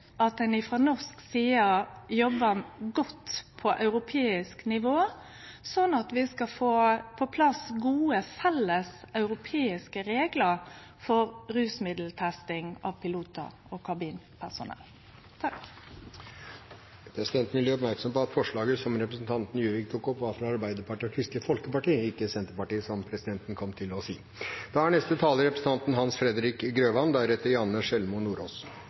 at ein frå norsk side jobbar godt på europeisk nivå, sånn at vi får på plass gode felleseuropeiske reglar for rusmiddeltesting av pilotar og kabinpersonell. Presidenten vil gjøre oppmerksom på at forslaget som representanten Juvik tok opp, var fra Arbeiderpartiet og Kristelig Folkeparti, ikke fra Senterpartiet, som presidenten kom til å si.